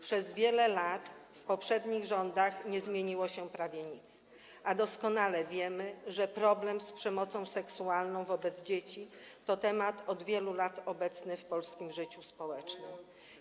Przez wiele lat, za poprzednich rządów, nie zmieniło się prawie nic, a doskonale wiemy, że problem przemocy seksualnej wobec dzieci to temat od wielu lat obecny w polskim życiu społecznym.